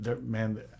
Man